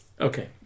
Okay